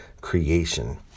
creation